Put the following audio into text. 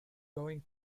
going